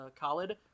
Khalid